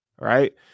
right